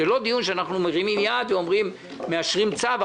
זה לא דיון שאנחנו מרימים יד ואומרים: מאשרים צו,